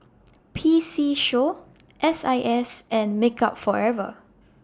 P C Show S I S and Makeup Forever